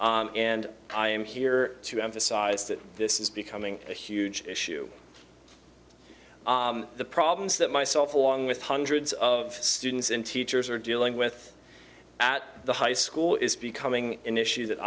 issue and i am here to emphasise that this is becoming a huge issue the problems that myself along with hundreds of students and teachers are dealing with at the high school is becoming an issue that